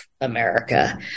America